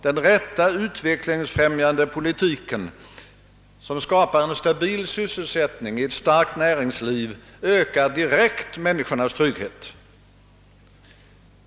Den rätta utvecklingsfrämjande politiken, som skapar stabil sysselsättning i ett starkt näringsliv, ökar direkt människornas trygghet.